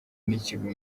n’ikigo